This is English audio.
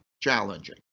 challenging